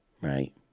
right